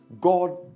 God